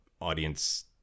audience